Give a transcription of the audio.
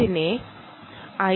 ഇതിനെ ഐ